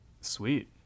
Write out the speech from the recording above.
Sweet